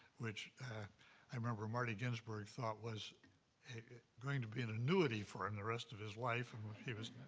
which i remember marty ginsburg thought was going to be an annuity for him the rest of his life and he was